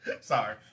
Sorry